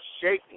shaking